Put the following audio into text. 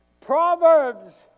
Proverbs